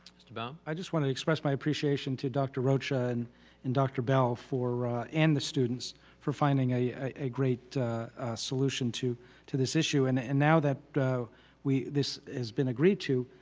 mr. baum? i just wanna express my appreciation to dr. rocha and and dr. bell for ah and the students for finding a a great solution to to this issue and and now that we this has been agreed to,